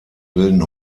bilden